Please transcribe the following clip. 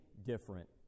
different